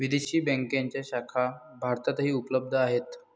विदेशी बँकांच्या शाखा भारतातही उपलब्ध आहेत